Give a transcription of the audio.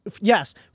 Yes